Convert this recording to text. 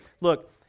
look